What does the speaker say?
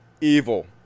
Evil